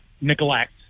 neglect